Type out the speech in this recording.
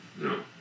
No